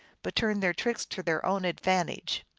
but turn their tricks to their own advantage.